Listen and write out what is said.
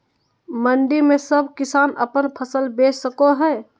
मंडी में सब किसान अपन फसल बेच सको है?